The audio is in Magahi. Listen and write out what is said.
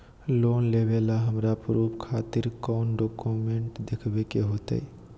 लोन लेबे ला हमरा प्रूफ खातिर कौन डॉक्यूमेंट देखबे के होतई?